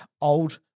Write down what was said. old